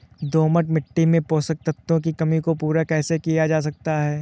दोमट मिट्टी में पोषक तत्वों की कमी को पूरा कैसे किया जा सकता है?